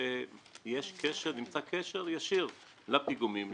שנמצא קשר ישיר לפיגומים,